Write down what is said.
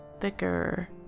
thicker